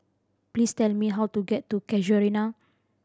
please tell me how to get to Casuarina